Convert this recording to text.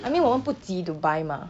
I mean 我们不急 to buy mah